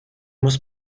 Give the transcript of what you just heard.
muss